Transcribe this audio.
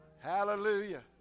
Hallelujah